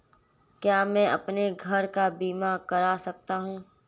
क्या मैं अपने घर का बीमा करा सकता हूँ?